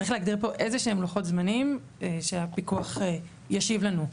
צריך להגיד פה איזשהם לוחות זמנים שהפיקוח ישיב לנו.